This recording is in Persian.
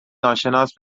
ناشناس